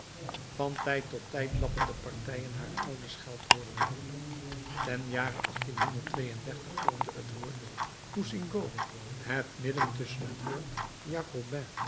van tijd tot tijd lappen de partijen haar oude scheldwoorden op ten jare vormde het woord bousingot het midden tusschen het woord jacobin